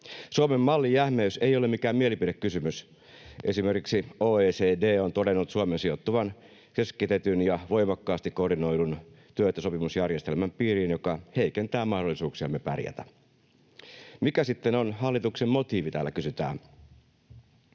Suomen-mallin jähmeys ei ole mikään mielipidekysymys. Esimerkiksi OECD on todennut Suomen sijoittuvan keskitetyn ja voimakkaasti koordinoidun työehtosopimusjärjestelmän piiriin, joka heikentää mahdollisuuksiamme pärjätä. Mikä sitten on hallituksen motiivi, täällä kysytään.